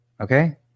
Okay